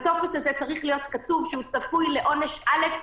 בטופס הזה צריך להיות כתוב שהוא צפוי לעונש א',